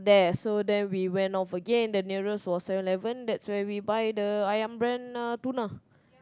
there so then we went of again the nearest was Seven-Eleven that's where we buy the Ayam brand uh tuna